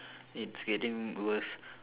it's getting worse